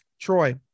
Troy